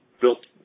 built